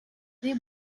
des